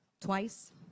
twice